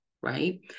right